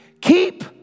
Keep